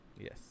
Yes